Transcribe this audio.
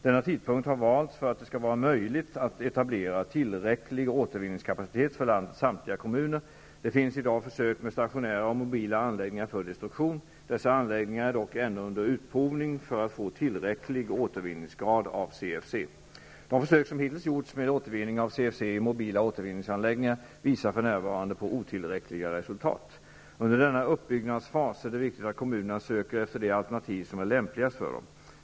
Denna tidpunkt har valts för att det skall vara möjligt att etablera tillräcklig återvinningskapacitet för landets samtliga kommuner. Det finns i dag försök med stationära och mobila anläggningar för destruktion. Dessa anläggningar är dock ännu under utprovning för att få tillräcklig grad av återvinning av CFC. De försök som hittills gjorts med återvinning av CFC i mobila återvinningsanläggningar visar för närvarande på otillräckliga resultat. Under denna uppbyggnadsfas är det viktigt att kommunerna söker efter det alternativ som är lämpligast för dem.